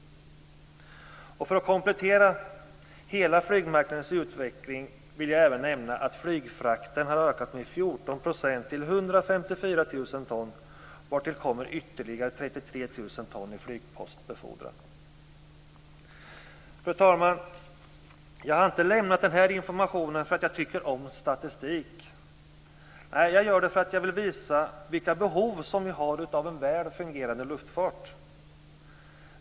För att komplettera hela flygmarknadens utveckling vill jag även nämna att flygfrakten har ökat med Fru talman! Jag har inte lämnat den här informationen för att jag tycker om statistik. Jag gör det för att visa vilka behov vi har av en väl fungerande luftfart.